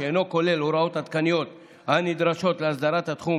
אינו כולל הוראות עדכניות הנדרשות להסדרת התחום,